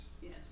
Yes